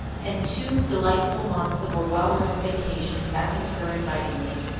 and two delightful months of a well-earned vacation beckoned her invitingly.